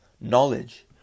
Knowledge